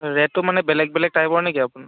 ৰেটটো মানে বেলেগ বেলেগ টাইপৰ নেকি আপোনাৰ